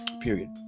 period